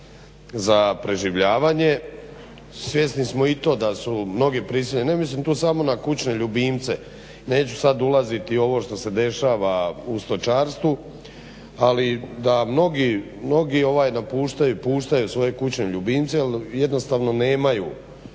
za preživljavanje. Svjesni smo i to da su mnogi prisiljeni, ne mislim tu samo na kućne ljubimce. Neću sad ulaziti u ono što se dešava u stočarstvu, ali da mnogi ovaj napuštaju, puštaju svoje kućne ljubimce jer jednostavno nemaju